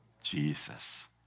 Jesus